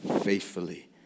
faithfully